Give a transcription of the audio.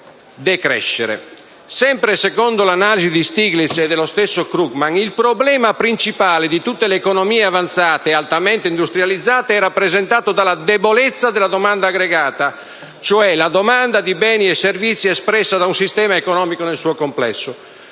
Sempre secondo l'analisi di Stiglitz e dello stesso Krugman, il problema principale di tutte le economie avanzate e altamente industrializzate è rappresentato dalla debolezza della domanda aggregata, cioè la domanda di beni e servizi espressa da un sistema economico nel suo complesso.